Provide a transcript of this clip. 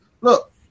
look